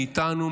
מאיתנו,